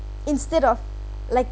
instead of like